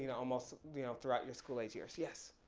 and almost you know, throughout your school age years. yes.